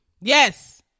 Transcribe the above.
Yes